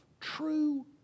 true